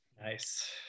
nice